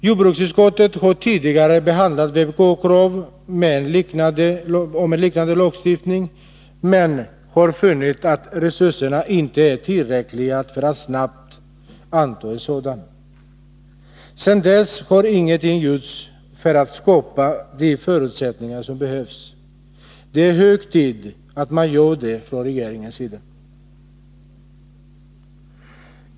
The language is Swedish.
Jordbruksutskottet har tidigare behandlat vpk-krav om en liknande lagstiftning, men funnit att resurserna inte är tillräckliga för att snabbt anta en sådan lag. Sedan dess har ingenting gjorts för att skapa de förutsättningar som behövs. Det är hög tid att det görs från regeringens sida.